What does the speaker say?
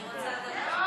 אני עולה.